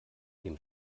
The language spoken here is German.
dem